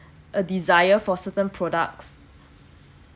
a desire for certain products